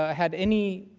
ah had any,